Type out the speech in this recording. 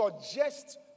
suggest